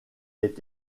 est